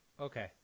Okay